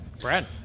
Brad